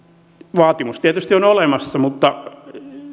vaatimus tietysti on olemassa mutta